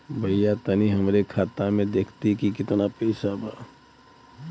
भईया तनि हमरे खाता में देखती की कितना पइसा बा?